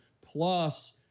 plus